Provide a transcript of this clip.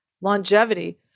longevity